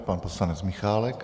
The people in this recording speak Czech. Pan poslanec Michálek.